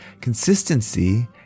Consistency